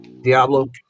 Diablo